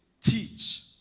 teach